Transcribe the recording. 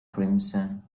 crimson